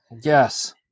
yes